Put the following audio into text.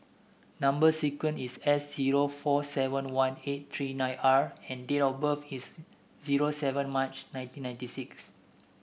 number sequence is S zero four seven one eight three nine R and date of birth is zero seven March nineteen ninety six